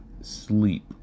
sleep